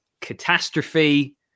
catastrophe